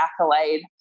accolade